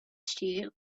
still